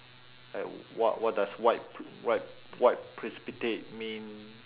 like what what does white white white precipitate mean